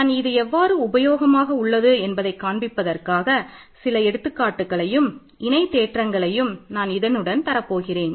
நான் இது எவ்வாறு உபயோகமாக உள்ளது என்பதை காண்பிப்பதற்காக சில எடுத்துக்காட்டுகளையும் இணை தேற்றங்களையும் நான் இதனுடன் தரப்போகிறேன்